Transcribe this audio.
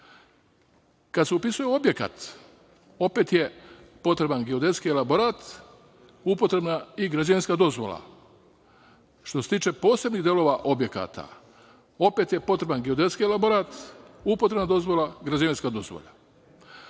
Kada se upisuje objekat, opet je potreban geodetski elaborat, upotrebna i građevinska dozvola. Što se tiče posebnih delova objekata, opet je potreban geodetski elaborat, upotrebna dozvola i građevinska dozvola.U